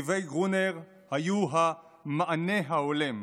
דברי גרונר היו המענה ההולם.